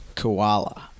koala